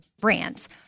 brands